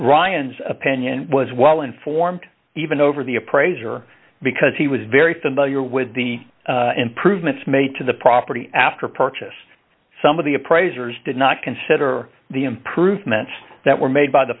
ryan's opinion was well informed even over the appraiser because he was very familiar with the improvements made to the property after purchase some of the appraisers did not consider the improvements that were made by the